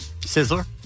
Sizzler